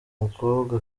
mukobwa